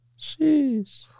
Jeez